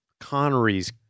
Connery's